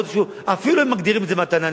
אפילו אם מגדירים את זה מתנה,